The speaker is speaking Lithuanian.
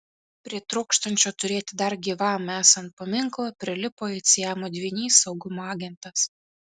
prie trokštančio turėti dar gyvam esant paminklą prilipo it siamo dvynys saugumo agentas